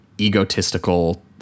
egotistical